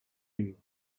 une